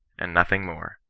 and nothing more.